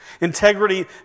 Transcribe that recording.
Integrity